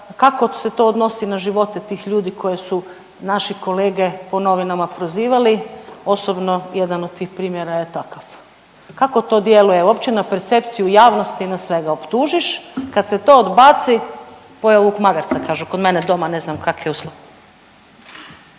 kako se to odnosi na živote tih ljudi koje su naši kolege po novinama prozivali osobno jedan od ih primjera je takav. Kako to djeluje uopće na percepciju javnosti i na svega, optužiš, kad se to odbaci, pojeo vuk magarca kažu kod mene doma, ne znam kak je u